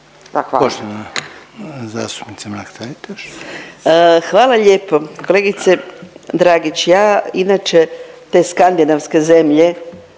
Hvala lijepo. Kolegice Dragić ja inače te skandinavske zemlje